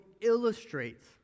illustrates